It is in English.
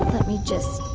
let me just